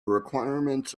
requirements